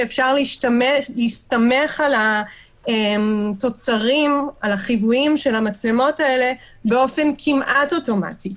שאפשר להסתמך על החיוויים של המצלמות האלה באופן כמעט אוטומטי.